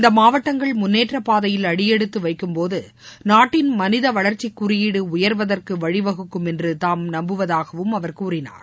இந்த மாவட்டங்கள் முன்னேற்றப்பாதையில் அடியெடுத்து வைக்கும்போது நாட்டின் மனித வளர்ச்சிக் குறியீடு உயர்வதற்கு வழிவகுக்கும் என்று தாம் நம்புவதாகவும் அவர் கூறினார்